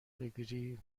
بگیری